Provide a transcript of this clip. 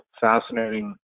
fascinating